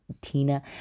tina